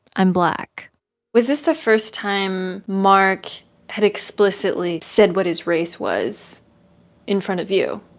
i'm black was this the first time mark had explicitly said what his race was in front of you?